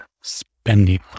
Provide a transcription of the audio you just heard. spending